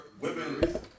women